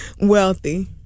wealthy